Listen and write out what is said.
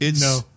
No